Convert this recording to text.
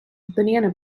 banana